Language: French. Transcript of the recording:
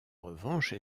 revanche